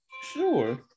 sure